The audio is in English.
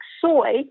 soy